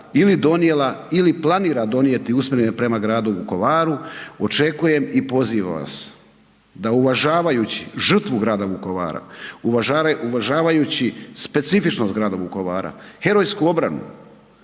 ili planira donijeti usmjerene prema Gradu Vukovaru, očekujem i pozivam vas da uvažavajući žrtvu Grada Vukovara, uvažavajući specifičnost Grada Vukovara, herojsku obranu,